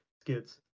skits